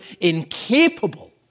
incapable